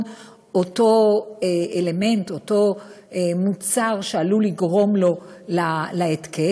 אותו אלמנט או אותו מוצר שעלול לגרום לו להתקף.